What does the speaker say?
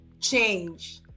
change